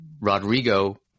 Rodrigo